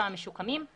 כמה משוקמים ועוד.